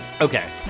Okay